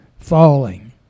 falling